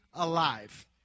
alive